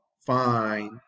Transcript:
fine